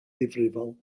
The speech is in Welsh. ddifrifol